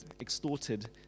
extorted